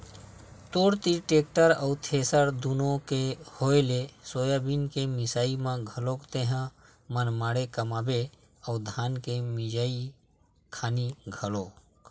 तोर तीर टेक्टर अउ थेरेसर दुनो के होय ले सोयाबीन के मिंजई म घलोक तेंहा मनमाड़े कमाबे अउ धान के मिंजई खानी घलोक